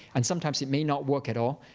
and sometimes it may not work at all.